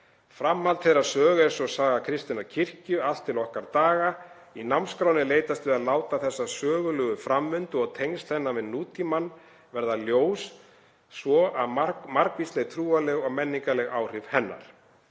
Framhald þeirrar sögu er svo saga kristinnar kirkju allt til okkar daga. Í námskránni er leitast við að láta þessa sögulegu framvindu og tengsl hennar við nútímann verða ljós, svo og margvísleg trúarleg og menningarleg áhrif hennar.